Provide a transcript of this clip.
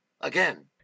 Again